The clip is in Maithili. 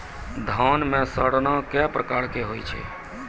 धान म सड़ना कै प्रकार के होय छै?